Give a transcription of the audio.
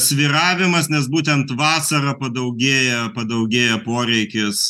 svyravimas nes būtent vasarą padaugėja padaugėja poreikis